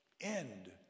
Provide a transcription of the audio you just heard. end